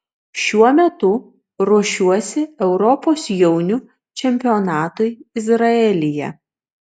šiuo metu ruošiuosi europos jaunių čempionatui izraelyje